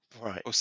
Right